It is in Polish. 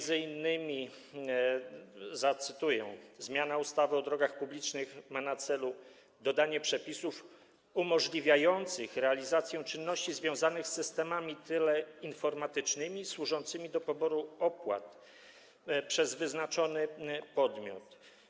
Zacytuję: Zmiana ustawy o drogach publicznych ma na celu dodanie przepisów umożliwiających realizację czynności związanych z systemami teleinformatycznymi służącymi do poboru opłat przez wyznaczony podmiot.